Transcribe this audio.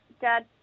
dad